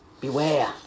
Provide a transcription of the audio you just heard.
Beware